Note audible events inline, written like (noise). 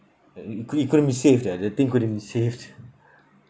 uh it it couldn't be saved ah the thing couldn't be saved (laughs)